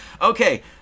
Okay